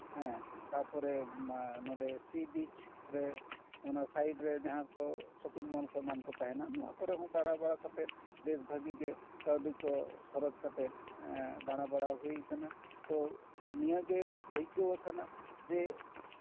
ᱦᱮᱸ ᱛᱟᱨᱯᱚᱨᱮ ᱱᱚᱰᱮ ᱥᱤ ᱵᱤᱪ ᱨᱮ ᱚᱱᱟ ᱥᱟᱭᱤᱰ ᱨᱮ ᱡᱟᱦᱟᱸ ᱠᱚ ᱥᱚᱯᱤᱝ ᱢᱚᱦᱚᱞ ᱠᱚ ᱮᱢᱟᱱ ᱠᱚ ᱛᱟᱦᱮᱱᱟ ᱚᱱᱟ ᱠᱚᱨᱮ ᱦᱚᱸ ᱫᱟᱬᱟ ᱵᱟᱲᱟ ᱠᱟᱛᱮ ᱵᱮᱥ ᱵᱷᱟᱜᱮ ᱜᱮ ᱠᱟᱹᱣᱰᱤ ᱠᱚ ᱠᱷᱚᱨᱚᱪ ᱠᱟᱛᱮᱜ ᱫᱟᱬᱟ ᱵᱟᱲᱟ ᱦᱩᱭ ᱠᱟᱱᱟ ᱛᱚ ᱱᱤᱭᱟᱹᱜᱮ ᱟᱹᱭᱠᱟᱹᱣ ᱠᱟᱱᱟ ᱡᱮ